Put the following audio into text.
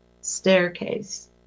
staircase